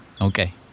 Okay